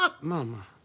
Mama